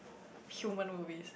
human movie